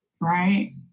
right